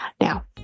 now